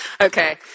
Okay